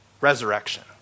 Resurrection